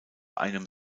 einem